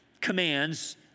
commands